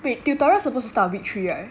wait tutorial supposed to start on week three [right]